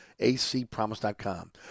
acpromise.com